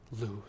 lose